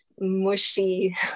mushy